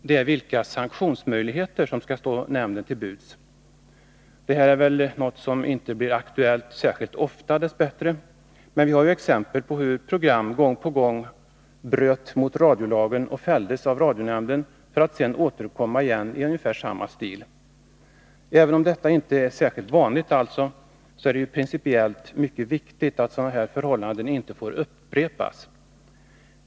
Det gäller vilka sanktionsmöjligheter som skall stå nämnden till buds. Det här är väl något som, dess bättre, inte blir aktuellt särskilt ofta. Men vi har ju exempel på hur ett program gång på gång brutit mot radiolagen och fällts av radionämnden för att senare återkomma i ungefär samma stil. Även om detta, som sagt, inte är särskilt vanligt, är det principiellt mycket viktigt att sådant här inte upprepas.